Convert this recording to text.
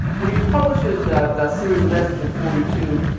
when he publishes the the series of essays in forty two,